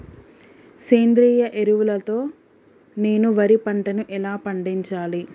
సేంద్రీయ ఎరువుల తో నేను వరి పంటను ఎలా పండించాలి?